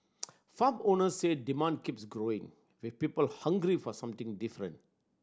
farm owners say demand keeps growing with people hungry for something different